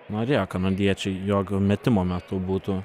norėjo kanadiečiai jog metimo metu būtų